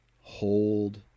hold